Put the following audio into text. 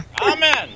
Amen